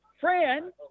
Fran